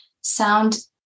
sound